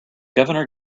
governor